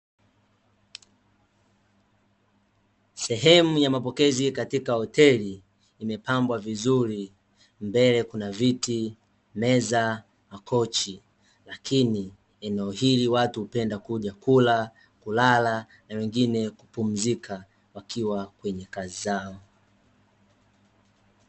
Sehemu ya mapokezi katika hoteli imepambwa vizuri, mbele kuna viti, meza, makochi lakini eneo hili watu hupenda kuja kula, kulala, na wengine kumpuzika wakiwa kwenye kazi zao.